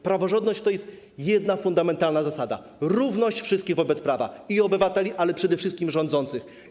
Praworządność to jest jedna, fundamentalna zasada: równość wszystkich wobec prawa, obywateli, ale przede wszystkich rządzących.